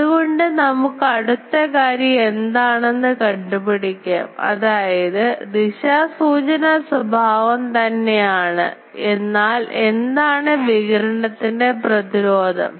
അതുകൊണ്ട് നമുക്ക് അടുത്ത കാര്യം എന്താണെന്ന് കണ്ടുപിടിക്കാംഅതായത് ദിശാസൂചന സ്വഭാവം തന്നെയാണ് ആണ് എന്നാൽ എന്താണ് വികിരണത്തിൻറെ പ്രതിരോധം